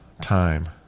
time